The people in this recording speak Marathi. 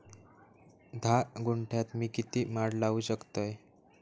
धा गुंठयात मी किती माड लावू शकतय?